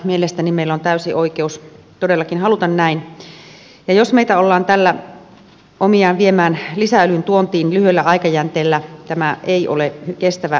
mielestäni meillä on täysi oikeus todellakin haluta näin ja jos tällä ollaan meille aiheuttamassa lisäöljyn tuontia lyhyellä aikajänteellä tämä ei ole kestävä ratkaisu